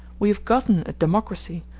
we have gotten a democracy,